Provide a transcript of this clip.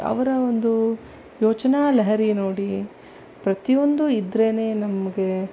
ಅವರ ಒಂದು ಯೋಚನಾ ಲಹರಿ ನೋಡಿ ಪ್ರತಿಯೊಂದು ಇದ್ರೇ ನಮಗೆ